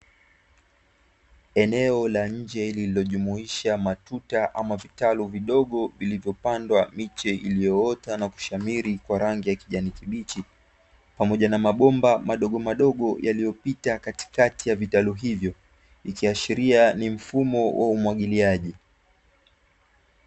Eneo la nje lililojumuisha matuta ama vitalu vidogo vilivyopandwa miche iliyoota na kushamiri kwa rangi ya kijani kibichi, pamoja na mabomba madogomadogo yaliyopita katikati ya vitalu hivyo, ikiashiria ni mfumo wa umwagiliaji.